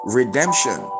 redemption